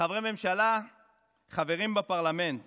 חברי ממשלה חברים בפרלמנט